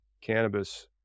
cannabis